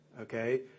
okay